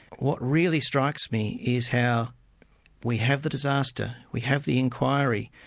what really strikes me is how we have the disaster, we have the inquiry,